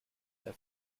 der